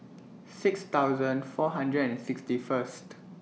six thousand four hundred and sixty First